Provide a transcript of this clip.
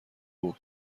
بود